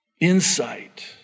insight